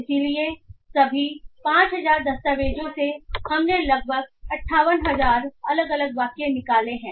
इसलिए सभी 5000 दस्तावेजों से हमने लगभग 58000 अलग अलग वाक्य निकाले हैं